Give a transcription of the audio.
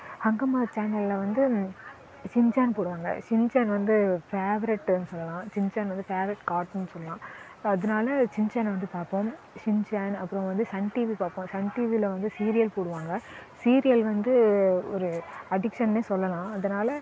ஹங்கம்மா சேனல்ல வந்து சின்சான் போடுவாங்கள் சின்சான் வந்து ஃபேவரட்டுனு சொல்லலாம் சின்சான் வந்து ஃபேவரட் கார்ட்டூன்னு சொல்லலாம் அதனால் சின்சானை வந்து பார்ப்போம் சின்சான் அப்பறம் வந்து சன் டிவி பார்ப்போம் சன் டிவியில வந்து சீரியல் போடுவாங்க சீரியல் வந்து ஒரு அடிக்ஷன்னே சொல்லலாம் அதனால்